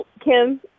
Kim